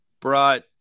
brought